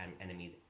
enemies